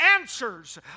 answers